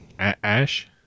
Ash